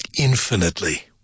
infinitely